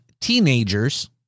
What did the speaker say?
teenagers